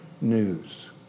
news